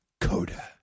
Coda